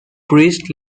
priest